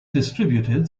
distributed